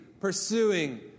pursuing